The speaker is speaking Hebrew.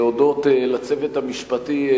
להודות לצוות המשפטי,